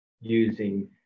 using